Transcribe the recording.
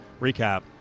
recap